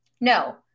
No